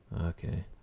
Okay